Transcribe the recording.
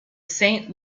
saint